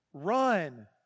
Run